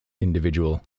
individual